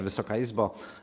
Wysoka Izbo!